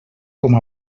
com